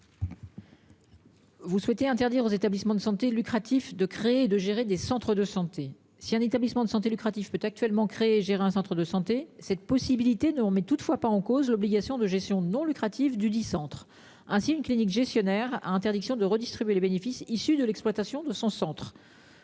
Vous souhaitez interdire aux établissements de santé lucratif de créer et de gérer des centres de santé, si un établissement de santé lucratif peut actuellement créer et gérer un centre de santé cette possibilité, nous, on met toutefois pas en cause l'obligation de gestion non lucratif du dudit centre ainsi une clinique gestionnaire a interdiction de redistribuer les bénéfices issus de l'exploitation de son centre